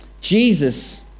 Jesus